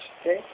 okay